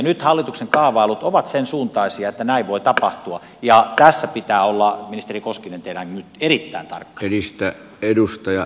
nyt hallituksen kaavailut ovat sen suuntaisia että näin voi tapahtua ja tässä pitää olla ministeri koskinen teidän nyt erittäin tarkka